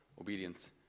obedience